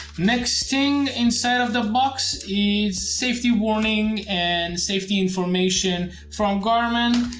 next thing inside of the box is safety warning and safety information from garmin.